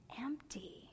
empty